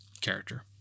character